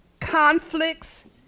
conflicts